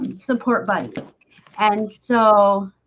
support button and so